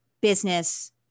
business